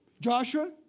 Joshua